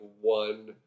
one